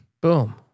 Boom